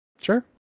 Sure